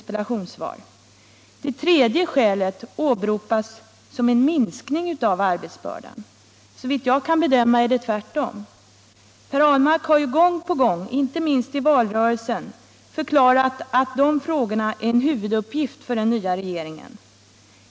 Skälet till den åtgärd som jag nämner som tredje punkt anges vara en minskning av arbetsbördan. Såvitt jag kan bedöma är det tvärtom. Per Ahlmark har ju gång på gång, inte minst i valrörelsen, förklarat att dessa frågor är en huvuduppgift för den nya regeringen.